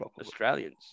Australians